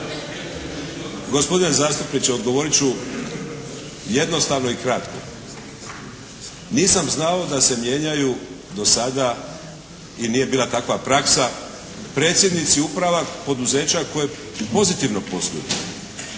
Gospodine zastupniče, odgovorit ću jednostavno i kratko. Nisam znao da se mijenjaju do sada i nije bila takva praksa. Predsjednici uprava poduzeća koja pozitivno posluju,